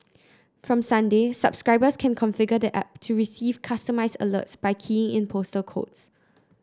from Sunday subscribers can configure the app to receive customised alerts by keying in postal codes